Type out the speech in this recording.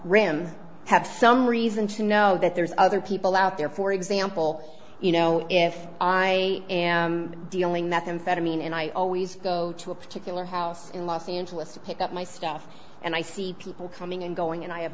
rims have some reason to know that there's other people out there for example you know if i am dealing methamphetamine and i always go to a particular house in los angeles to pick up my stuff and i see people coming and going and i have